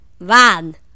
van